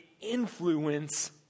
influence